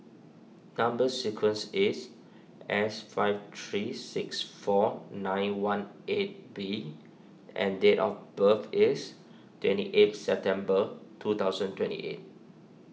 Number Sequence is S five three six four nine one eight B and date of birth is twenty eighth September two thousand twenty eight